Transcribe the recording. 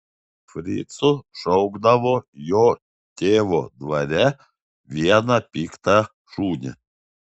fricu šaukdavo jo tėvo dvare vieną piktą šunį